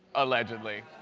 allegedly.